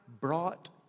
brought